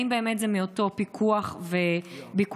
האם באמת הוא מאותם פיקוח וביקורים,